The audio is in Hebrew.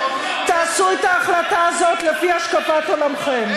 תעשו את ההחלטה הזו לפי השקפת עולמכם.